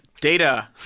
Data